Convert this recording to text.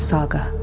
Saga